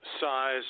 size